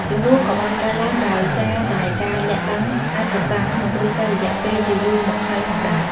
ជម្លោះក៏បានកើតឡើងដោយសារតែការលាក់បាំងអាថ៌កំបាំងក្នុងគ្រួសាររយៈពេលជាយូរមកហើយផងដែរ។